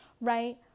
Right